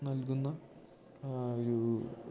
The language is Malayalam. നൽകുന്ന ഒരൂ